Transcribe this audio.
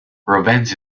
revenge